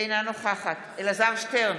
אינה נוכחת אלעזר שטרן,